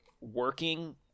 working